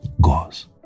goes